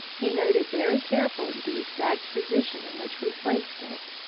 he noted very carefully the exact position in which we placed it.